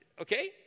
Okay